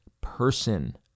person